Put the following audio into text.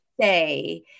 say